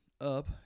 up